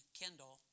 kindle